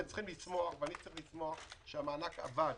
אתם צריכים לשמוח ואני צריך לשמוח שהמענק עבד